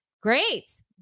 great